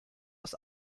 aus